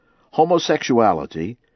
Homosexuality